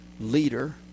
leader